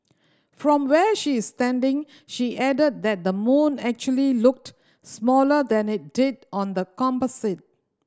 from where she is standing she added that the moon actually looked smaller than it did on the composite